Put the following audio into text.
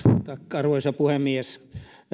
arvoisa puhemies